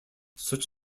such